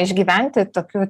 išgyventi tokiu